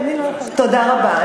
אני לא יכולה, תודה רבה.